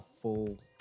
full